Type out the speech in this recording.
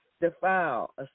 defile